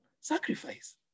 sacrifice